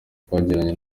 twagiranye